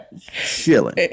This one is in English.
Chilling